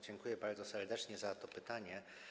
Dziękuję bardzo serdecznie za to pytanie.